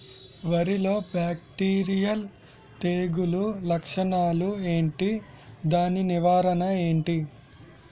వరి లో బ్యాక్టీరియల్ తెగులు లక్షణాలు ఏంటి? దాని నివారణ ఏంటి?